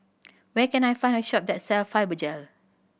where can I find a shop that sell Fibogel